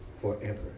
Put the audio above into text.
forever